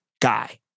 guy